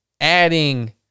adding